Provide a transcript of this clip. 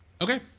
Okay